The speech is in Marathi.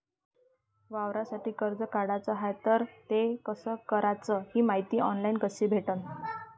वावरासाठी कर्ज काढाचं हाय तर ते कस कराच ही मायती ऑनलाईन कसी भेटन?